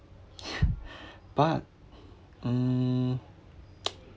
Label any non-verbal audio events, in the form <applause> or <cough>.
<laughs> but mm